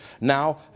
Now